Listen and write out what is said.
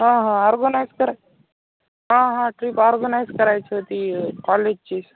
हां हां ऑर्गनाइज कराय हा हां ट्रिप ऑर्गनाइज करायची होती कॉलेजची